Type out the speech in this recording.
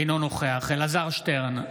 אינו נוכח אלעזר שטרן,